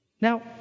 Now